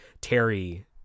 terry